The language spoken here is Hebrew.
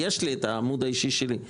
הרי יש לי את העמוד האישי שלי.